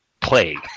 play